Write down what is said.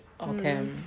Okay